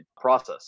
process